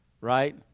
Right